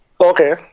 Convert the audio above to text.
okay